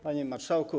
Panie Marszałku!